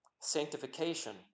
sanctification